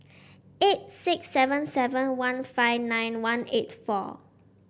eight six seven seven one five nine one eight four